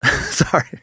Sorry